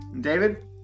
David